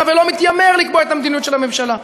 ולא מתיימר לקבוע את המדיניות של הממשלה.